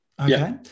Okay